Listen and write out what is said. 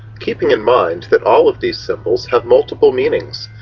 keeping in mind that all of these symbols have multiple meanings,